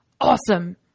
awesome